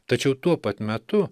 tačiau tuo pat metu